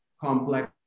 complex